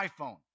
iPhone